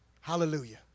Hallelujah